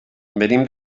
venim